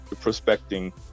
prospecting